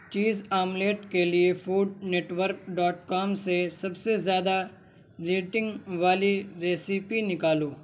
چیز آملیٹ کے لیے فوڈ نیٹورک ڈاٹ کام سے سب سے زیادہ ریٹنگ والی ریسیپی نکالو